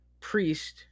priest